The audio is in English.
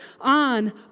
on